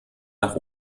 nach